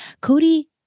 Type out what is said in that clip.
Cody